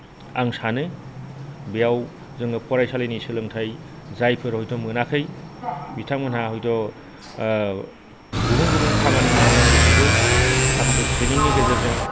आं सानो बेयाव जोङो फरायसालिनि सोलोंथाइ जायफोर हयत' मोनाखै बिथांमोना हयत' गुबुन गुबुन खामानिनि रोंगौथिखौ माखासे ट्रेनिंनि गेजेरजों